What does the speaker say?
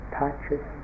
touches